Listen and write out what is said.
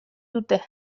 dute